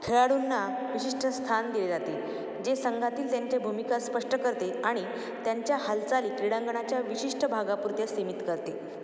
खेळाडूंना विशिष्ट स्थान दिले जाते जे संघातील त्यांच्या भूमिका स्पष्ट करते आणि त्यांच्या हालचाली क्रीडांगणाच्या विशिष्ट भागापुरत्या सीमित करते